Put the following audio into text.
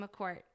McCourt